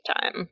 time